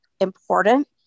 important